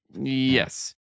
Yes